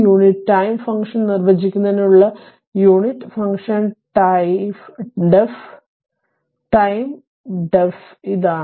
unit time function നിർവചിക്കുന്നതിനുള്ള unit function def time def ഇതാണ്